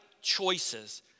choices